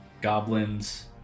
Goblins